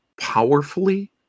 powerfully